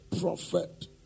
prophet